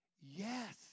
Yes